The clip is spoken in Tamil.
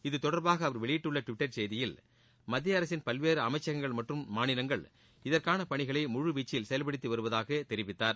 இதுதொடர்பாக அவர் வெளியிட்டுள்ள டுவிட்டர் செய்தியில் மத்திய அரசின் பல்வேறு அமைச்சகங்கள் மற்றும் மாநிலங்கள் இதற்கான பணிகளை முழு வீச்சில் செயல்படுத்தி வருவதாக தெரிவித்தார்